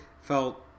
felt